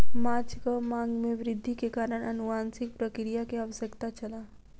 माँछक मांग में वृद्धि के कारण अनुवांशिक प्रक्रिया के आवश्यकता छल